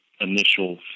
initial